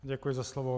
Děkuji za slovo.